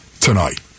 tonight